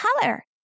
color